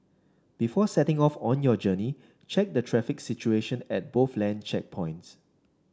before setting off on your journey check the traffic situation at both land checkpoints